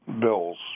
bills